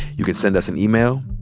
you can send us an email,